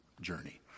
journey